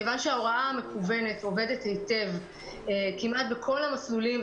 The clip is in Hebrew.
כיוון שההוראה המקוונת עובדת היטב כמעט בכל המסלולים,